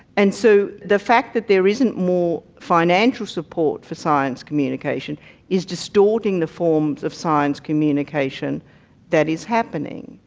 and so the fact that there isn't more financial support for science communication is distorting the forms of science communication that is happening.